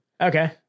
okay